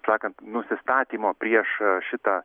sakant nusistatymo prieš šitą